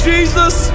Jesus